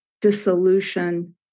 dissolution